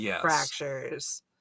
fractures